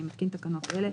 אני מתקין תקנות אלה: